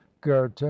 goethe